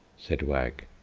said wag.